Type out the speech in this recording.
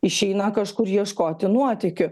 išeina kažkur ieškoti nuotykių